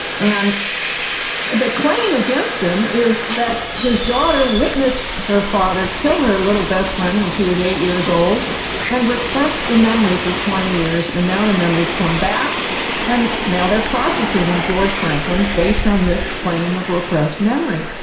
and the claim against him is that his daughter witnessed her father kill her little best friend when she was eight years old and repressed the memory for twenty years, and now the memory has come back and now they are prosecuting george franklin based on this claim of repressed memory.